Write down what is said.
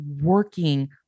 working